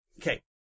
Okay